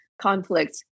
conflict